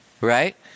Right